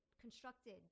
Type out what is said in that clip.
constructed